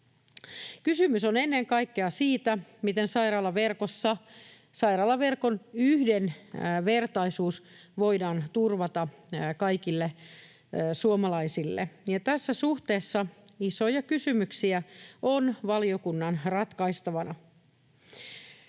Kysymys on ennen kaikkea siitä, miten sairaalaverkossa sairaalaverkon yhdenvertaisuus voidaan turvata kaikille suomalaisille, ja tässä suhteessa isoja kysymyksiä on valiokunnan ratkaistavana.